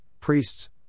priests